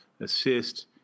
assist